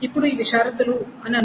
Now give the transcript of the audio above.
ఇప్పుడు ఇవి షరతులు అని అనుకుందాం